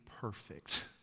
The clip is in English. perfect